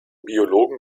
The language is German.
biologen